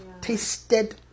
tasted